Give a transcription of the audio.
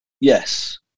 yes